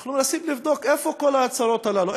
אנחנו מנסים לבדוק איפה כל ההצהרות הללו,